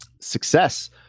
Success